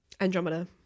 Andromeda